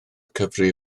cyfri